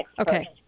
Okay